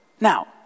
Now